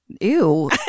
Ew